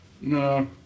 No